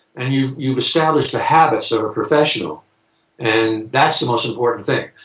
and you've you've established the habits of a professional and that's the most important thing.